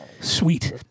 sweet